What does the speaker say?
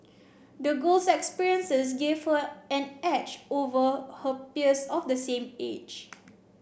the girl's experiences gave her an edge over her peers of the same age